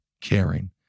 caring